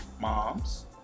moms